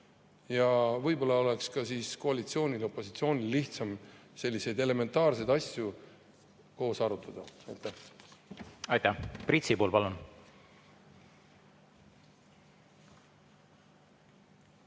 ja võib‑olla oleks ka koalitsioonil ja opositsioonil lihtsam selliseid elementaarseid asju koos arutada. Aitäh! Aitäh! Priit Sibul, palun!